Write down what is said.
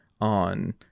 on